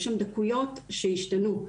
יש שם דקויות שהשתנו.